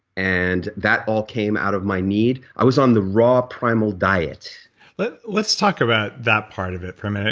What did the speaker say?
and that all came out of my need, i was on the raw primal diet but let's talk about that part of it for a minute.